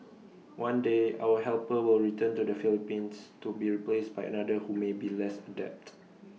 one day our helper will return to the Philippines to be replaced by another who may be less adept